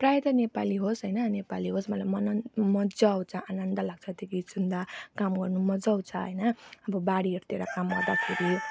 प्राय त नेपाली होस् होइन नेपाली होस् मलाई मन मजा आउँछ आनन्द लाग्छ त्यो गीत सुन्दा काम गर्नु मजा आउँछ होइन अब बारीहरूतिर काम गर्दाखेरि